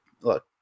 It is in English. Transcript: look